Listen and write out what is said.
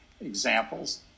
examples